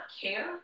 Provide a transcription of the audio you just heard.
care